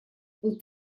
был